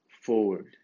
forward